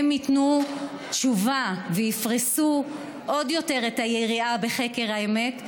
הם ייתנו תשובה ויפרסו עוד יותר את היריעה לחקר האמת,